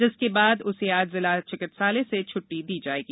जिसके बाद उसे आज जिला चिकित्सालय से छ्ट्टी दी जाएगी